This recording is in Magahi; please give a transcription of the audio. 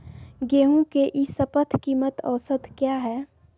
गेंहू के ई शपथ कीमत औसत क्या है?